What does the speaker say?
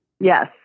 Yes